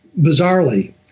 bizarrely